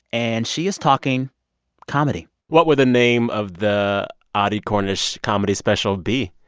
and she is talking comedy what would the name of the audie cornish comedy special be?